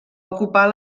ocupar